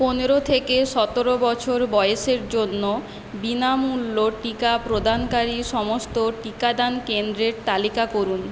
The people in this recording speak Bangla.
পনেরো থেকে সতেরো বছর বয়সের জন্য বিনামূল্য টিকা প্রদানকারী সমস্ত টিকাদান কেন্দ্রের তালিকা করুন